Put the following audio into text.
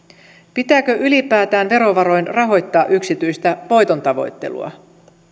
pitääkö ylipäätään verovaroin rahoittaa yksityistä voitontavoittelua